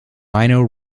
rhino